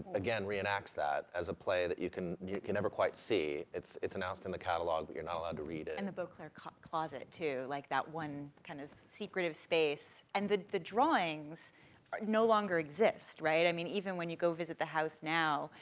again, reenacts that, as a play that you can, you can never quite see, it's it's announced in the catalog, but you're not allowed to read it. and the beauclerk closet, too, like that one kind of secretive space. and the the drawings no longer exist, right, i mean, even when you go visit the house now,